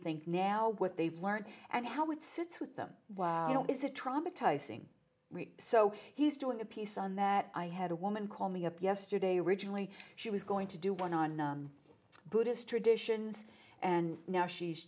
think now what they've learned and how it sits with them why is it traumatizing so he's doing a piece on that i had a woman call me up yesterday originally she was going to do one on buddhist traditions and now she's